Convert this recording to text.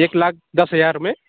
ایک لاکھ دس ہزار میں